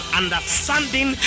understanding